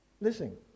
Listen